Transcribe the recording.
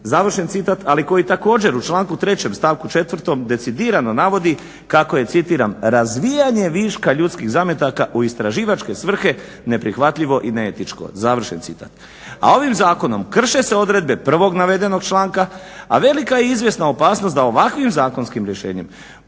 smrti", ali koji također u članku 3. stavku 4. decidirano navodi kako je citiram: "razvijanje viška ljudskih zametaka u istraživačke svrhe neprihvatljivo i neetičko". A ovim zakonom krše se odredbe prvog navedenog članka, a velika je i izvjesna opasnost da ovakvim zakonskim rješenjem